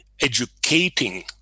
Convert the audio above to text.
educating